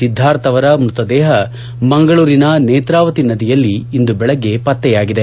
ಸಿದ್ದಾರ್ಥ್ ಅವರ ಮೃತದೇಹ ಮಂಗಳೂರಿನ ನೇತ್ರಾವತಿ ನದಿಯಲ್ಲಿ ಇಂದು ಬೆಳಗ್ಗೆ ಪತ್ತೆಯಾಗಿದೆ